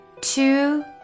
two